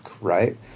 right